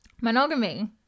monogamy